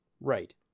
Right